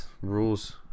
rules